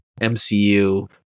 MCU